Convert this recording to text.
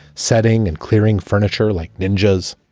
setting and clearing furniture like ninjas,